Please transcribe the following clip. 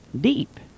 Deep